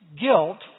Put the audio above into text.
Guilt